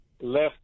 left